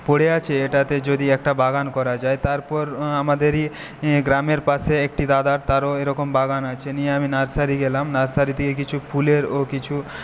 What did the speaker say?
পড়ে আছে এটাতে যদি একটা বাগান করা যায় তারপর আমাদেরই গ্রামের পাশে একটি দাদার তারও এইরকম বাগান আছে নিয়ে আমি নার্সারি গেলাম নার্সারি থেকে কিছু ফুলের ও কিছু